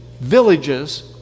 villages